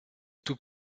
tout